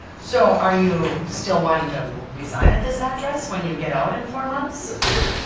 so are you still wanting to reside at this address, when you get out in four months?